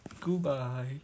goodbye